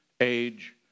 age